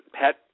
pet